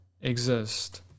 exist